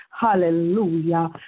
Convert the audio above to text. Hallelujah